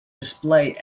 display